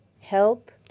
help